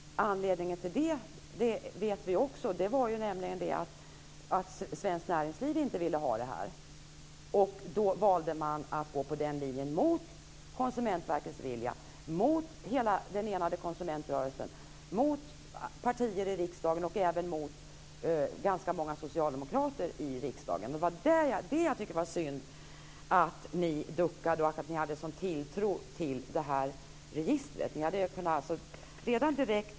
Anledningen till det känner vi också till. Det var att svenskt näringsliv inte ville ha den lösningen. Då valde man att gå på den linjen, mot Konsumentverkets vilja, mot den enade konsumentrörelsen, mot partier i riksdagen och även mot ganska många socialdemokrater i riksdagen. Jag tycker att det var synd att ni duckade och att ni hade en sådan tilltro till registret.